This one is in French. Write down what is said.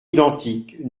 identiques